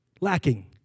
lacking